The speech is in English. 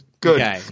good